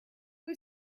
who